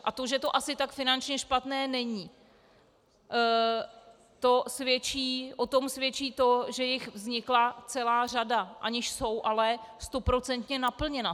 A že to asi tak finančně špatné není, o tom svědčí to, že jich vznikla celá řada, aniž jsou ale stoprocentně naplněna.